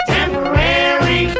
Temporary